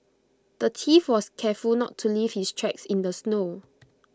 the thief was careful to not leave his tracks in the snow